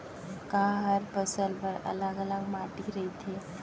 का हर फसल बर अलग अलग माटी रहिथे?